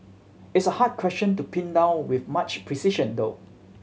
it's a hard question to pin down with much precision though